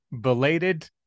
belated